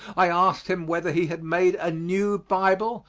i asked him whether he had made a new bible,